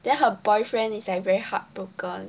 then her boyfriend is like very heartbroken